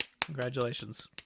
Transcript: Congratulations